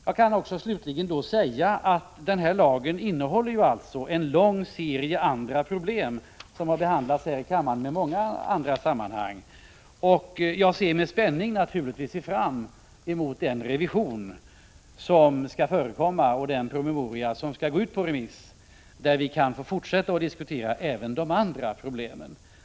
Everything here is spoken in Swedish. Jag kan slutligen säga att denna lag innehåller en lång serie andra problem, som har behandlats här i kammaren i många olika sammanhang. Jag ser naturligtvis med spänning fram emot den revision som skall göras och den promemoria som skall gå ut på remiss, så att vi kan få diskutera även de andra problemen.